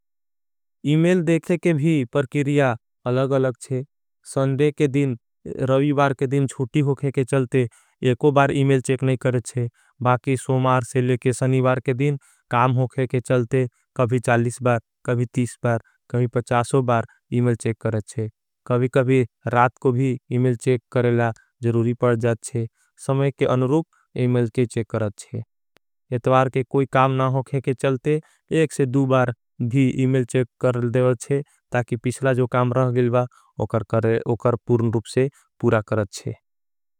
इमेल देखे के भी परकीरिया अलग अलग छे संडे के दिन। रवी बार के दिन छूटी होखे के चलते एको बार इमेल चेक। नहीं करेचे बाकि सोमार से लेके सनिवार के दिन काम होखे। के चलते कभी बार कभी बार कभी बार इमेल चेक करेचे। कभी कभी रात को भी इमेल चेक करेला ज़रूरी पड़ जाथचे। समय के अनुरूप इमेल के चेक करचे एतवार के कोई काम। नहोँ के के चलते एक से दू बार भी इमेल चेक कर देखे। ताकि पिछला जो काम रह गिलबा उकर पूर्ण रूप से पूरा करचे।